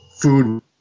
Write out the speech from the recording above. food